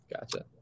gotcha